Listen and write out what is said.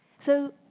so,